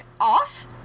off